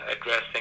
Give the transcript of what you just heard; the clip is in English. addressing